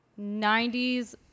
90s